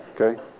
Okay